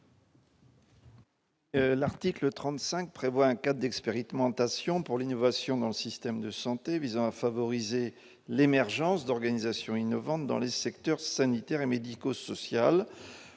L'article 35 prévoit un cadre d'expérimentation pour l'innovation dans le système de santé, visant à favoriser l'émergence d'organisations innovantes dans les secteurs sanitaire et médico-social,